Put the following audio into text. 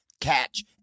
Catch